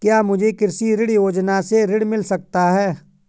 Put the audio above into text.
क्या मुझे कृषि ऋण योजना से ऋण मिल सकता है?